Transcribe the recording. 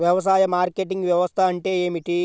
వ్యవసాయ మార్కెటింగ్ వ్యవస్థ అంటే ఏమిటి?